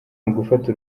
ugufata